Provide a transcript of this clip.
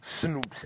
Snoop's